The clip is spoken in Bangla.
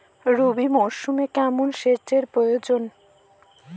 রবি মরশুমে কেমন সেচের প্রয়োজন?